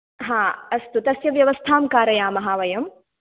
हा अस्तु तस्य व्यवस्थां कारयामः वयं